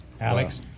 Alex